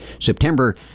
September